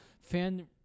Fan